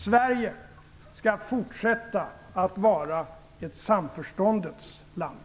Sverige skall fortsätta att vara ett samförståndets land.